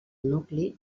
nucli